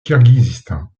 kirghizistan